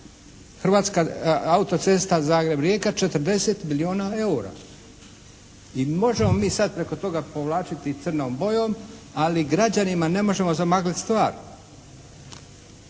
Hrvatska auto-cesta Zagreb-Rijeka 40 milijuna EUR-a. I možemo mi sad preko toga povlačiti crnom bojom, ali građanima ne možemo zamagliti stvar.